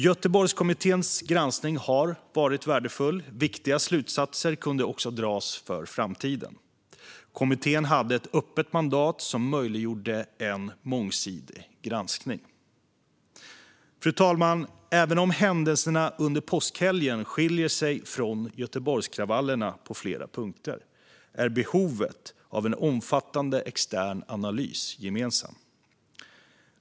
Göteborgskommitténs granskning har varit värdefull. Viktiga slutsatser kunde dras för framtiden. Kommittén hade ett öppet mandat som möjliggjorde en mångsidig granskning. Fru talman! Även om händelserna under påskhelgen skiljer sig från Göteborgskravallerna på flera punkter är behovet av en omfattande extern analys gemensamt.